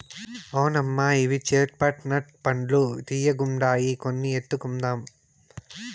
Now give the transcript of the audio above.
అవునమ్మా ఇవి చేట్ పట్ నట్ పండ్లు తీయ్యగుండాయి కొన్ని ఎత్తుకుందాం